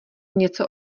něco